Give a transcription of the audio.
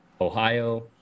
Ohio